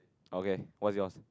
okay what's yours